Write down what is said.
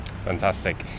Fantastic